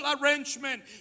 arrangement